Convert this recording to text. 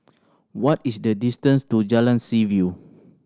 what is the distance to Jalan Seaview